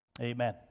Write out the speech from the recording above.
Amen